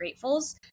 gratefuls